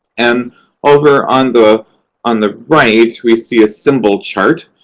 and over on the on the right, we see a symbol chart.